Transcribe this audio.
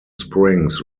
springs